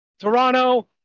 Toronto